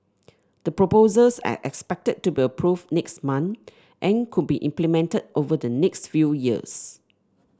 the proposals are expected to be approved next month and could be implemented over the next few years